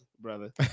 brother